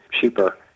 cheaper